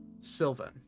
Sylvan